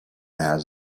has